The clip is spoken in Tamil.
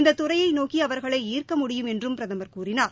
இந்த துறையை நோக்கி அவர்களை ஈர்க்க முடியும் என்றும் பிரதமர் கூறினார்